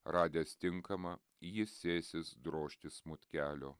radęs tinkamą jis sėsis drožti smūtkelio